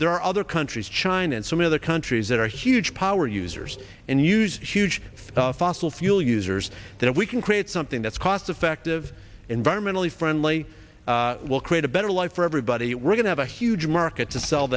there are other countries china and some other countries that are huge power users and use huge thought fossil fuel users that we can create something that's cost effective environmentally friendly will create a better life for everybody we're going have a huge market to sell